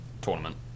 tournament